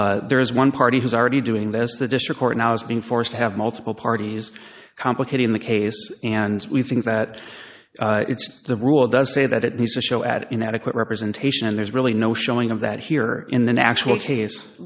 well there is one party who's already doing this the district court now is being forced to have multiple parties complicating the case and we think that it's the rule does say that it needs to show at inadequate representation and there's really no showing of that here in the actual case